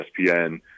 ESPN